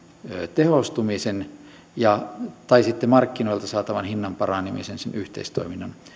tehostumisen tai sitten markkinoilta saatavan hinnan paranemisen sen yhteistoiminnan